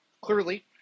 clearly